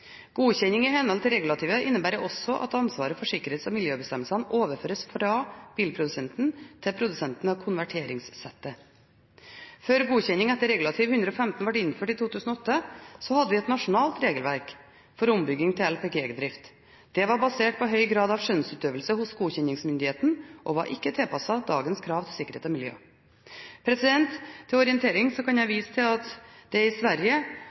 Godkjenning i henhold til regulativet innebærer også at ansvaret for sikkerhets- og miljøbestemmelsene overføres fra bilprodusenten til produsenten av konverteringssettet. Før godkjenning etter regulativ 115 ble innført i 2008, hadde vi et nasjonalt regelverk for ombygging til LPG-drift. Det var basert på høy grad av skjønnsutøvelse hos godkjenningsmyndigheten, og var ikke tilpasset dagens krav til sikkerhet og miljø. Til orientering kan jeg vise til at det i Sverige